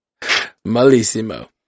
Malissimo